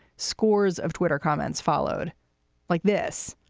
scores of twitter comments followed like this,